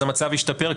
אז המצב ישתפר?